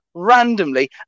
randomly